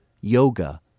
Yoga